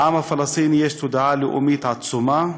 לעם הפלסטיני יש תודעה לאומית עצומה,